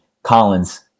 Collins